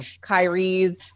Kyrie's